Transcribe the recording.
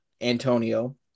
Antonio